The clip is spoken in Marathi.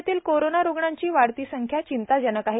राज्यातील कोरोना रुग्णांची वाढती संख्या चिंताजनक आहे